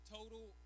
Total